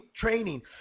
training